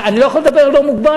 אני לא יכול לדבר לא מוגבל?